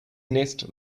nest